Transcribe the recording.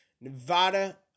Nevada